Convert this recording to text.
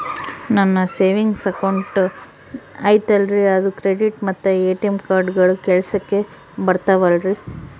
ನನ್ನ savings account ಐತಲ್ರೇ ಅದು ಕ್ರೆಡಿಟ್ ಮತ್ತ ಎ.ಟಿ.ಎಂ ಕಾರ್ಡುಗಳು ಕೆಲಸಕ್ಕೆ ಬರುತ್ತಾವಲ್ರಿ?